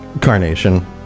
carnation